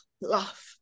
love